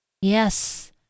Yes